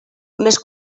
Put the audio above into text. més